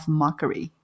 mockery